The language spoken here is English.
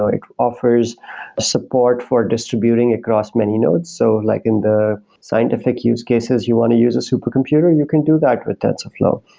offers a support for distributing across many nodes. so like in the scientific use cases, you want to use a super computer, you can do that with tensorflow.